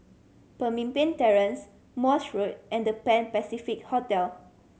Pemimpin Terrace Morse Road and The Pan Pacific Hotel